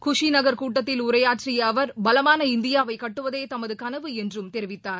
குஷி நகர் கூட்டத்தில் உரையாற்றிய அவர் பலமான இந்தியாவை கட்டுவதே தமது கனவு என்றும் தெரிவித்தார்